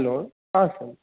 hello sir